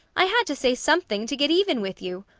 i had to say something, to get even with you!